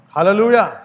Hallelujah